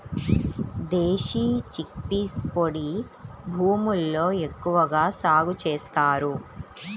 దేశీ chickpeas పొడి భూముల్లో ఎక్కువగా సాగు చేస్తారు